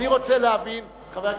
אל תשתמש, אבל תאמין לי, אני מרחם עליך.